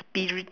P dig